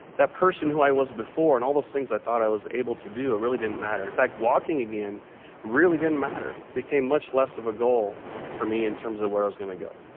that person who i was before and all those things i thought i was able to do really didn't matter. in fact, walking again really didn't matter. it became much less of a goal for me in terms of where i was going to go.